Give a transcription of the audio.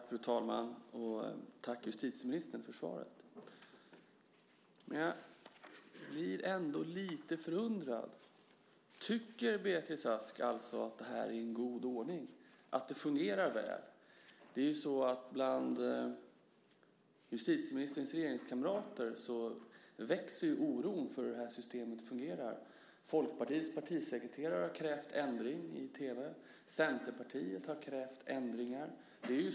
Fru talman! Tack, justitieministern för svaret! Jag blir ändå lite förundrad. Tycker Beatrice Ask alltså att det här är en god ordning, att det fungerar väl? Bland justitieministerns regeringskamrater växer ju oron för hur det här systemet fungerar. Folkpartiets partisekreterare har i tv krävt en ändring, och Centerpartiet har krävt ändringar.